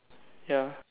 ya